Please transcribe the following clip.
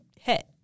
hit